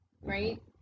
Right